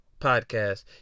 podcast